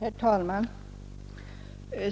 Herr talman!